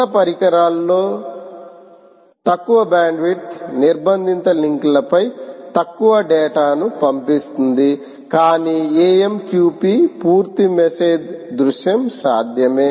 చిన్న పరికరాల లో తక్కువ బ్యాండ్విడ్త్ నిర్బందిత లింక్లపై తక్కువ డాటాను పంపిస్తుంది కాని AMQP పూర్తి మెసేజ్ దృశ్యం సాధ్యమే